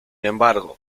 embargo